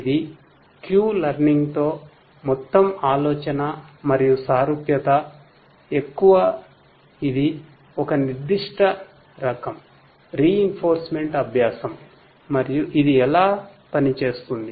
ఇది Q learning అభ్యాసం మరియు ఇది ఎలా పనిచేస్తుంది